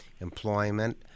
employment